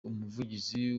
umuvugizi